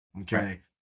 Okay